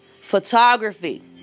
Photography